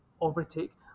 overtake